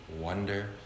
wonder